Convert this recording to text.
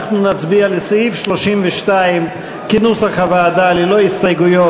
אנחנו נצביע על סעיף 32 כנוסח הוועדה ללא הסתייגויות.